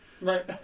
Right